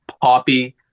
poppy